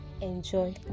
enjoy